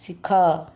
ଶିଖ